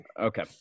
okay